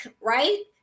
right